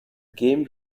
game